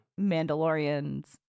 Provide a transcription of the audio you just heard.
Mandalorians